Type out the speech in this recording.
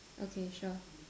okay sure